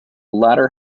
latter